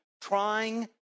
trying